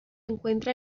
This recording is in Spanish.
encuentra